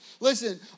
Listen